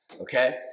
okay